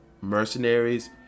Mercenaries